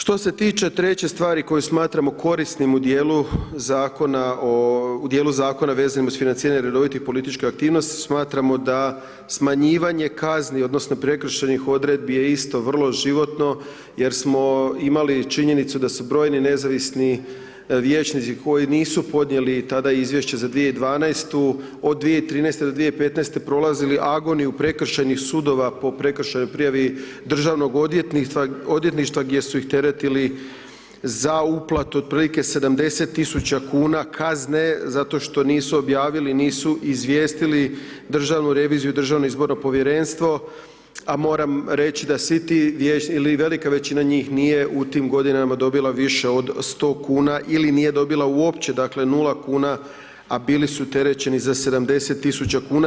Što se tiče treće stvari koju smatramo korisnim u dijelu zakona o, u dijelu zakona vezanim uz financiranje redovitih političkih aktivnosti, smatramo da smanjivanje kazni odnosno prekršajnih odredbi je isto vrlo životno jer smo imali činjenicu da su brojni nezavisni vijećnici koji nisu podnijeli tada izvješće za 2012. od 2013. do 2015. prolazili agoniju prekršajnih sudova po prekršajnoj prijavi Državnog odvjetništva gdje su ih teretili za uplatu otprilike 70.000 kuna kazne zato što nisu objavili nisu izvijestili Državnu reviziju i Državno izborno povjerenstvo, a moram reći da svi ti vijećnici ili velika većina njih nije u tim godinama dobila više od 100 kuna ili nije dobila uopće dakle 0 kuna, a bili su terećeni za 70.000 kuna.